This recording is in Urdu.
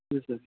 جی سر